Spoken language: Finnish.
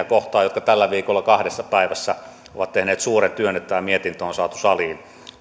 kohtaan jotka tällä viikolla kahdessa päivässä ovat tehneet suuren työn että tämä mietintö on saatu saliin